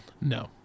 No